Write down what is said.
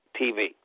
TV